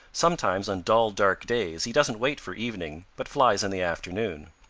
sometimes on dull, dark days he doesn't wait for evening, but flies in the afternoon.